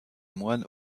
moines